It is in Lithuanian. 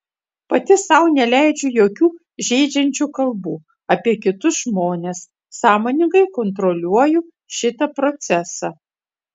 pati sau neleidžiu jokių žeidžiančių kalbų apie kitus žmones sąmoningai kontroliuoju šitą procesą